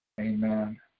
Amen